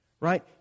Right